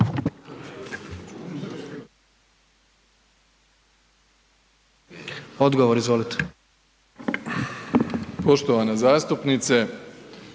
nego ove godine. Poštovane zastupnice